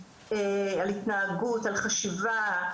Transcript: על חשיבה,